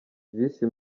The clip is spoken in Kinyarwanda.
visi